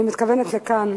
אני מתכוונת לכאן,